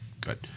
Good